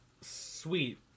sweet